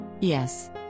Yes